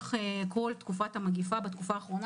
לאורך כל תקופת המגפה בתקופה האחרונה